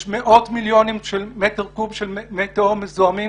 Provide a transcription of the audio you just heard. יש מאות מיליוני מטר קוב של מי תהום מזוהמים.